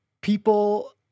people